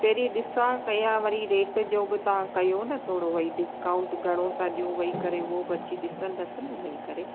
पहिरीं ॾिसा कया वरी रेट जो बि तव्हां कयो न थोरो भाई डिस्काउंट घणो था ॾियो वेही करे उहो बि अची ॾिसंदसि न वेही करे